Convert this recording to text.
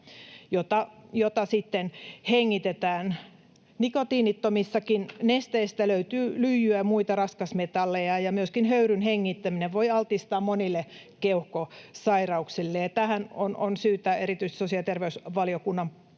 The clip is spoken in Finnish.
sitten hengitetään. Nikotiinittomistakin nesteistä löytyy lyijyä ja muita raskasmetalleja, ja myöskin höyryn hengittäminen voi altistaa monille keuhkosairauksille. Tähän erityisesti on syytä sosiaali- ja terveysvaliokunnan